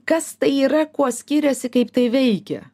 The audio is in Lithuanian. kas tai yra kuo skiriasi kaip tai veikia